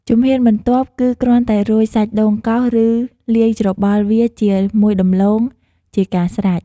ជំហានបន្ទាប់គឺ គ្រាន់តែរោយសាច់ដូងកោស ឬលាយច្របល់វាជាមួយដំឡូង ជាការស្រេច ។